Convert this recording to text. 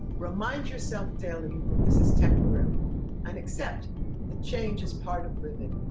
remind yourself daily that this is temporary and accept that change is part of living.